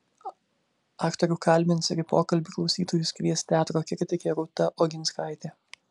aktorių kalbins ir į pokalbį klausytojus kvies teatro kritikė rūta oginskaitė